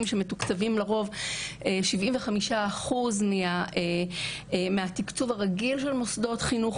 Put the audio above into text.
שמתוקצבים לרוב 75% מהתקצוב הרגיל של מוסדות חינוך